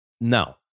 No